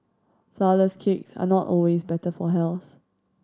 flourless cakes are not always better for health